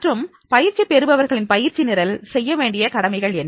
மற்றும் பயிற்சி பெறுபவர்கள் பயிற்சி நிரல் செய்ய வேண்டிய கடமைகள் என்ன